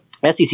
SEC